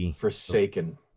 forsaken